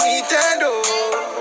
Nintendo